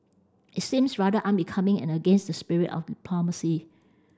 it seems rather unbecoming and against the spirit of diplomacy